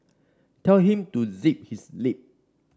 tell him to zip his lip